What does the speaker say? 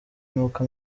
nuko